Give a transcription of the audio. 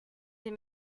des